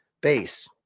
base